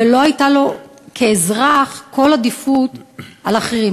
ולא הייתה לו כאזרח כל עדיפות על אחרים.